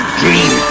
dream